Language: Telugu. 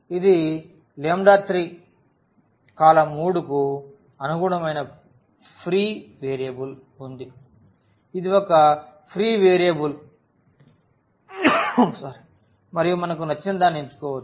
ఈ 3 కాలమ్ 3 కు అనుగుణమైన ఫ్రీ వేరియబుల్ ఉంది ఇది ఒక ఫ్రీ వేరియబుల్ మరియు మనకు నచ్చిన దాన్ని ఎంచుకోవచ్చు